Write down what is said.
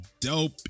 dope